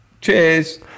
Cheers